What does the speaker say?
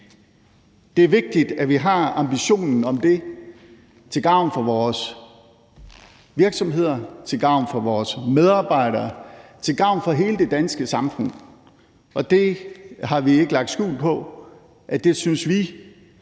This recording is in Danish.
Det er vigtigt, at vi har ambitionen om det til gavn for vores virksomheder, til gavn for vores medarbejdere, til gavn for hele det danske samfund. Og vi har ikke lagt skjul på, at det synes vi